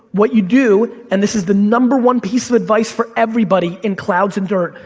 what you do, and this is the number one piece of advice for everybody in clouds and dirt,